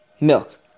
milk